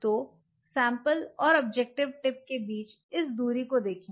तो सैंपल और objective tip के बीच इस दूरी को देखें